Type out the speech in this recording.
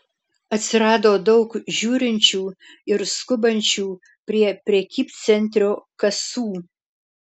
atsirado daug žiūrinčių ir skubančių prie prekybcentrio kasų